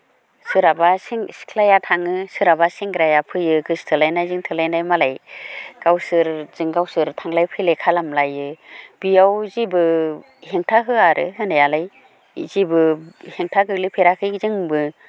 सोरहाबा सिख्लाया थाङो सोरहाबा सेंग्राया फैयो गोसथोलायनायजों थोलायनाय मालाय गावसोरजों गावसोर थांलाय फैलाय खालामलायो बियाव जेबो हेंथा होआ आरो होनायालाय जेबो हेंथा गोलैफेराखै जोंबो